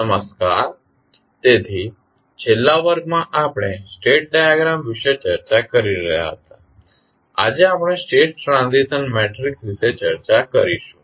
નમસ્કાર તેથી છેલ્લા વર્ગમાં આપણે સ્ટેટ ડાયાગ્રામ વિશે ચર્ચા કરી રહ્યા હતા આજે આપણે સ્ટેટ ટ્રાન્ઝિશન મેટ્રિક્સ વિશે ચર્ચા કરીશું